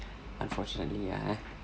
unfortunately ya eh